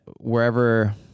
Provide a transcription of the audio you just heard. wherever